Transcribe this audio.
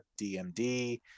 DMD